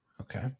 Okay